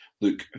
look